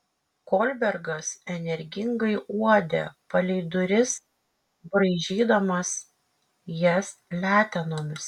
kolbergas energingai uodė palei duris braižydamas jas letenomis